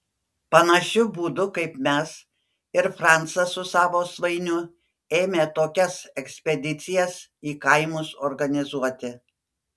panašiu būdu kaip mes ir francas su savo svainiu ėmė tokias ekspedicijas į kaimus organizuoti